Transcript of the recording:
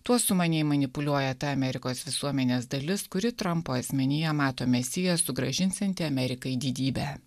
tuo sumaniai manipuliuoja ta amerikos visuomenės dalis kuri trampo asmenyje mato mesiją sugrąžinsiantį amerikai didybę